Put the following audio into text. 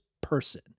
person